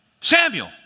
Samuel